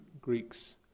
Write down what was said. Greeks